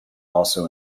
also